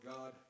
God